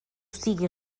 siga